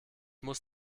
muss